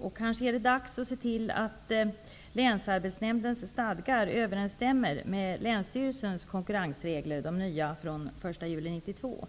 Det är kanske dags att se till att länsarbetsnämndens stadgar överensstämmer med länsstyrelsens konkurrensregler, de nya som gäller från den 1 juli 1992.